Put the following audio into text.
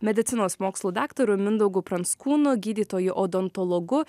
medicinos mokslų daktaru mindaugu pranckūnu gydytoju odontologu